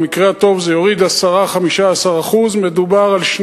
במקרה הטוב זה יוריד 10% 15%. מדובר על 2